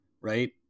right